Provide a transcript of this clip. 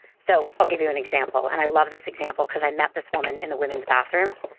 so i'll give you an example, and i love this example, cause i met this woman in the woman's bathroom.